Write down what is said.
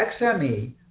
XME